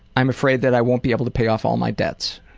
i'm afraid that i won't be able to pay off all my debts.